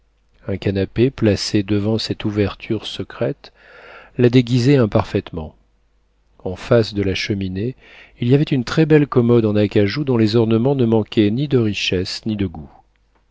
un canapé placé devant cette ouverture secrète la déguisait imparfaitement en face de la cheminée il y avait une très-belle commode en acajou dont les ornements ne manquaient ni de richesse ni de goût